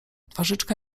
twarzyczka